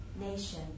nation